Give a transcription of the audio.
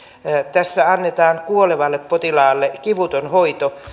tässä annetaan kuolevalle potilaalle kivuton hoito